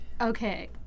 Okay